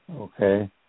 Okay